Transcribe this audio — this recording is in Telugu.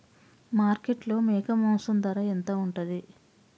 మార్కెట్లో మేక మాంసం ధర ఎంత ఉంటది?